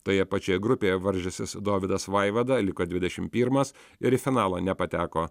toje pačioje grupėje varžęsis dovydas vaivada liko dvidešimt pirmas ir į finalą nepateko